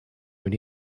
when